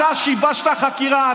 אתה שיבשת חקירה,